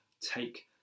take